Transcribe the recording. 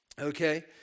Okay